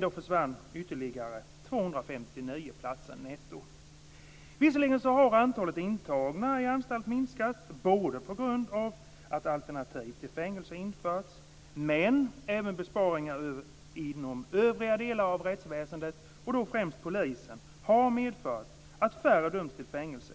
då försvann ytterligare 259 platser netto. Antalet intagna i anstalt har visserligen minskat på grund av att alternativ till fängelse har införts, men även besparingar inom övriga delar av rättsväsendet, främst polisen, har medfört att färre döms till fängelse.